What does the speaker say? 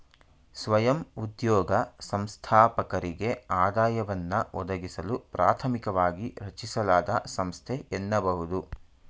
ಸ್ವಯಂ ಉದ್ಯೋಗ ಸಂಸ್ಥಾಪಕರಿಗೆ ಆದಾಯವನ್ನ ಒದಗಿಸಲು ಪ್ರಾಥಮಿಕವಾಗಿ ರಚಿಸಲಾದ ಸಂಸ್ಥೆ ಎನ್ನಬಹುದು